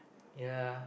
ya